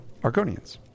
Argonians